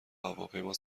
هواپیما